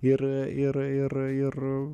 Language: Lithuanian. ir ir ir ir